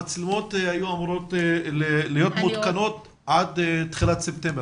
המצלמות היו אמורות להיות מותקנות עד תחילת ספטמבר.